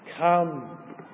Come